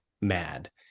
mad